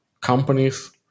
companies